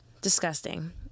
Disgusting